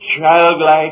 childlike